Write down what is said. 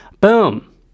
boom